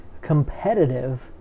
competitive